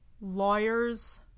lawyers